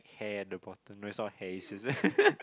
hair at the bottom no it's not hair is